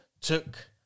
took